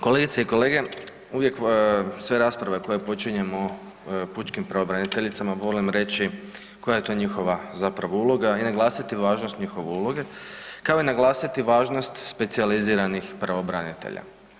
Kolegice i kolege, uvijek sve rasprave koje počinjemo pučkim pravobraniteljicama volim reći koja je to njihova zapravo uloga i naglasiti važnost njihove uloge, kao i naglasiti važnost specijaliziranih pravobranitelja.